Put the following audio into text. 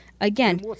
Again